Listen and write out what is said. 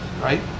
right